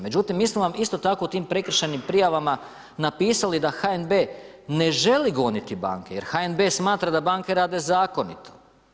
Međutim, mi smo vam isto tako u tim prekršajnim prijavama napisali da HNB ne želi goniti banke jer HNB smatra da banke rade zakonito.